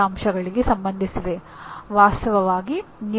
ಮತ್ತು ಮುಂದಿನದು ತಂಡದಲ್ಲಿ ಕೆಲಸ ಮಾಡುವ ಸಾಮರ್ಥ್ಯ